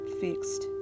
fixed